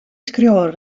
skriuwer